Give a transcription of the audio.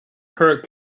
her